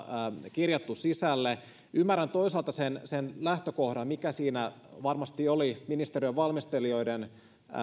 kirjattu sisälle ymmärrän toisaalta sen sen lähtökohdan mikä siinä varmasti oli ministeriön valmistelijoiden